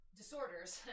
disorders